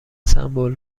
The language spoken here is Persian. سمبل